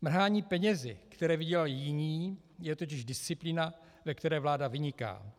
Mrhání penězi, které vydělali jiní, je totiž disciplína, ve které vláda vyniká.